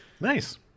Nice